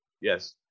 Yes